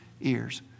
ears